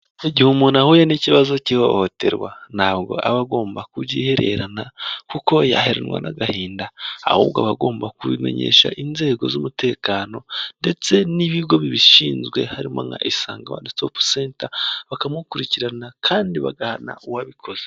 Igihe umuntu ahuye n'ikibazo cy'ihohoterwa ntabwo aba agomba kubyihererana kuko yaheranwa n'agahinda, ahubwo abagomba kubimenyesha inzego z'umutekano ndetse n'ibigo bibishinzwe harimo nka isani wani sitopu senta bakamukurikirana kandi bagahana uwabikoze.